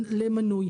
למנוי.